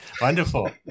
Wonderful